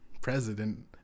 president